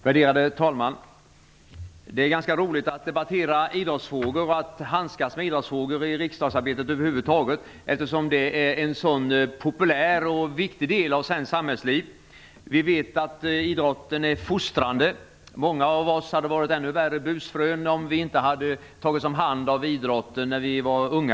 Värderade talman! Det är ganska roligt att debattera idrottsfrågor och att över huvud taget handskas med idrottsfrågor i riksdagsarbetet, eftersom idrotten är en mycket populär och viktig del av svenskt samhällsliv. Idrotten är fostrande. Många av oss hade varit ännu värre busfrön om vi inte hade tagits om hand av idrotten när vi var unga.